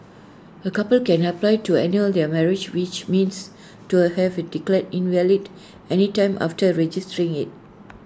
A couple can apply to annul their marriage which means to have IT declared invalid any time after registering IT